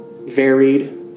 varied